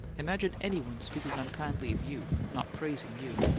imagine any one speaking unkindly of you not praising you!